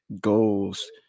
goals